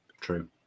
true